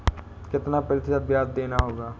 कितना प्रतिशत ब्याज देना होगा?